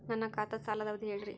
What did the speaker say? ನನ್ನ ಖಾತಾದ್ದ ಸಾಲದ್ ಅವಧಿ ಹೇಳ್ರಿ